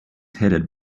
headed